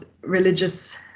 religious